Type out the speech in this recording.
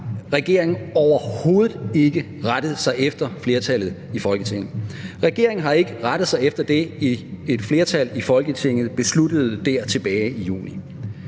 regeringen overhovedet ikke rettet sig efter flertallet i Folketinget. Regeringen har ikke rettet sig efter det, et flertal i Folketinget besluttede dér tilbage i juni.